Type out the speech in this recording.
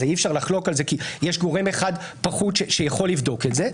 אי אפשר לחלוק על זה כי יש גורם אחד פחות שיכול לבדוק את זה,